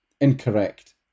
incorrect